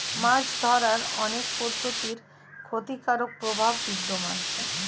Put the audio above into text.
মাছ ধরার অনেক পদ্ধতির ক্ষতিকারক প্রভাব বিদ্যমান